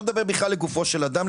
לא מדבר בכלל לגופו של אדם,